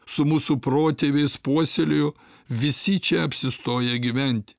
su mūsų protėviais puoselėjo visi čia apsistoję gyventi